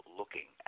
looking